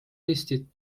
eestit